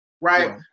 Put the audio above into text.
right